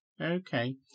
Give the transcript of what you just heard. Okay